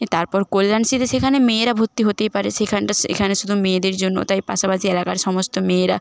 তারপর কল্যাণ শীতে সেখানে মেয়েরা ভর্তি হতেই পারে সেখানটা সেখানে শুধু মেয়েদের জন্য তাই পাশাপাশি এলাকার সমস্ত মেয়েরা